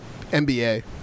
NBA